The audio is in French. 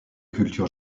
culture